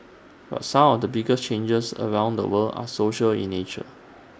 but some of the biggest changes around the world are social in nature